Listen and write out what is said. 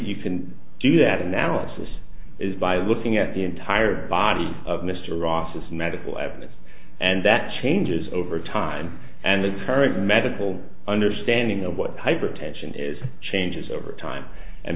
you can do that analysis is by looking at the entire body of mr ross medical evidence and that changes over time and the current medical understanding of what hypertension is changes over time and